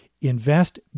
Invest